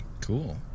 Cool